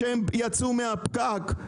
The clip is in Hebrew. כשהם יצאו מהפקק?